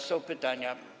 Są pytania.